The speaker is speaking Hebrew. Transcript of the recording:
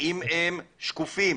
האם הם שקופים,